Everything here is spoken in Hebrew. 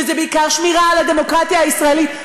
וזה בעיקר שמירה על הדמוקרטיה הישראלית.